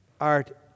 art